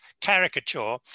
caricature